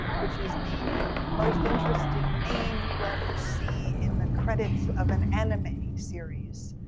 which is the most interesting name you ever see in the credits of an anime series.